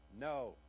No